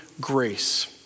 grace